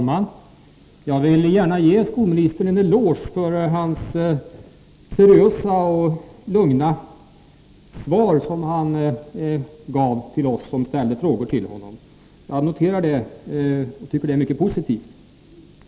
Herr talman! Jag vill gärna ge skolministern en eloge för det seriösa och lugna svar som han gav till oss som ställde frågor till honom. Jag noterar det, och jag tycker att det är mycket positivt.